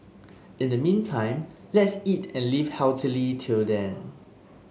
in the meantime let's eat and live healthily till then